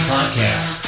Podcast